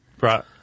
Right